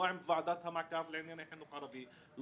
לא עם ועדת המעקב לענייני חינוך ערבי,